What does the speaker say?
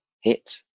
hit